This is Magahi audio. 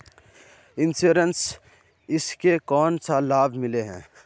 इंश्योरेंस इस से कोन सा लाभ मिले है?